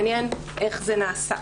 מעניין איך זה נעשה.